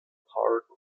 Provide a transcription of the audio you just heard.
pardon